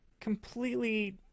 completely